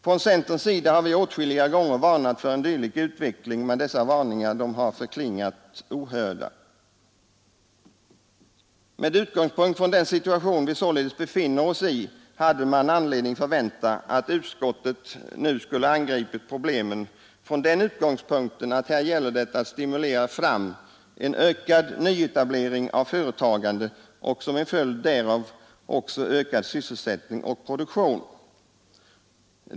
Från centerns sida har vi åtskilliga gånger varnat för en dylik utveckling, men dessa varningar har förklingat ohörda. I den situation där vi således befinner oss hade man anledning förvänta att utskottet nu skulle ha angripit problemen från den utgångspunkten att här gäller det att stimulera fram en ökad nyetablering av företagande och som en följd därav ökad sysselsättning och produktion.